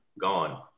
Gone